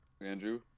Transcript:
Andrew